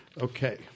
Okay